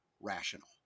rational